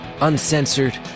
uncensored